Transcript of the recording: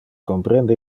comprende